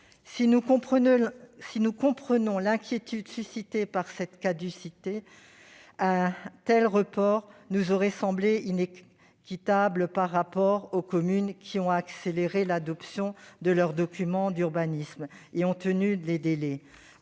Si nous comprenons l'inquiétude suscitée par cette caducité, un tel report nous aurait semblé inéquitable par rapport aux communes qui ont accéléré l'adoption de leurs documents d'urbanisme et ont tenu les délais.